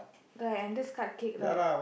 right and this cupcake right